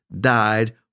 died